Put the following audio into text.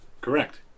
Correct